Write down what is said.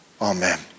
Amen